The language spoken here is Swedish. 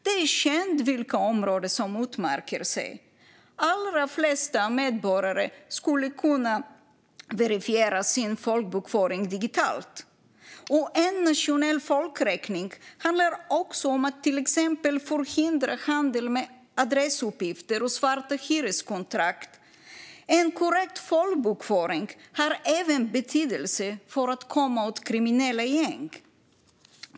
Det är känt vilka områden som utmärker sig. De allra flesta medborgare skulle kunna verifiera sin folkbokföring digitalt. En nationell folkräkning handlar också om att till exempel förhindra handel med adressuppgifter och svarta hyreskontrakt. En korrekt folkbokföring har även betydelse för att komma åt kriminella gäng.